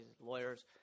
lawyers